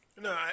No